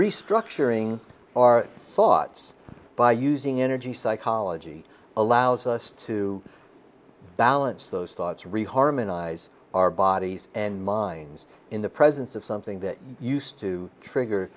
restructuring our thoughts by using energy psychology allows us to balance those thoughts re harmonize our bodies and minds in the presence of something that used to trigger